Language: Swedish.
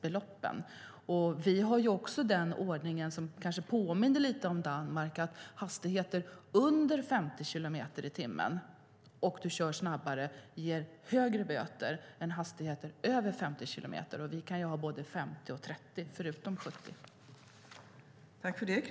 Vi har en ordning som kanske påminner lite grann om den som man har i Danmark, nämligen att man på vägar med hastigheter under 50 kilometer i timmen får högre böter när man kör snabbare än på vägar med hastigheter över 50 kilometer i timmen. Vi har hastighetsgränser på 50 och 30 kilometer i timmen förutom 70.